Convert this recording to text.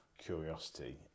curiosity